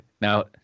Now